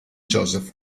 joseph